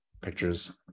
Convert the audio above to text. pictures